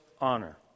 honor